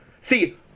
see